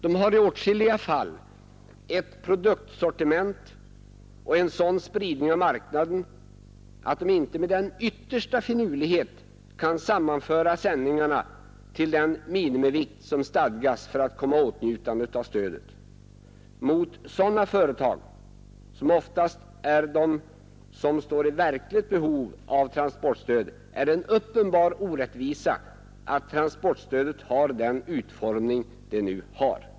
De har i åtskilliga fall ett produktsortiment och en sådan spridning av marknaden att de inte ens med den yttersta finurlighet kan sammanföra sändningarna till den minimivikt som stadgas för att komma i åtnjutande av stödet. Mot sådana företag, som oftast är de som är i verkligt behov av transportstöd, är det en uppenbar orättvisa att transportstödet har den utformning det nu har.